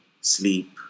sleep